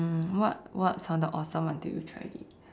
what sounded awesome until you tried it